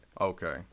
Okay